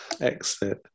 Excellent